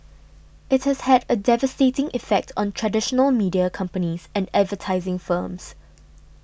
it has had a devastating effect on traditional media companies and advertising firms